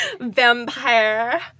Vampire